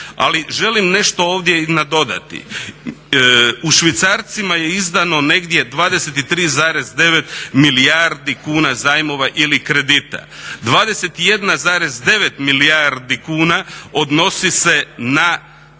Ali želim nešto ovdje i nadodati. U švicarcima je izdano negdje 23,9 milijardi kuna zajmova ili kredita. 21,9 milijardi kuna odnosi se na